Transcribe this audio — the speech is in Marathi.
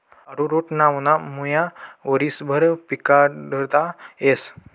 अरोरुट नावना मुया वरीसभर पिकाडता येस